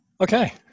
okay